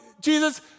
Jesus